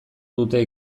dute